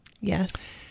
yes